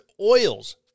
oils